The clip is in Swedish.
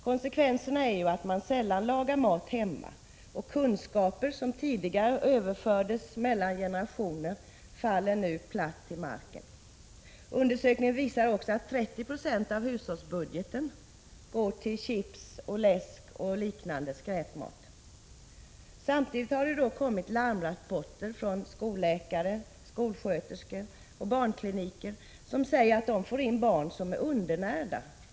Konsekvenserna är att människor sällan lagar mat hemma. Kunskaper som tidigare överfördes mellan generationer faller nu platt till marken. Undersökningen visar också att 30 26 av hushållsbudgeten går till chips, läsk och liknande skräpmat. Samtidigt har det kommit larmrapporter från skolläkare, skolsköterskor och barnkliniker, som säger att de får in barn som är undernärda.